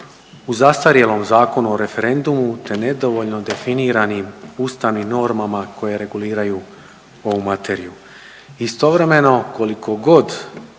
u zastarjelom Zakonu o referendumu te nedovoljno definiranim ustavnim normama koje reguliraju ovu materiju. Istovremeno kolikogod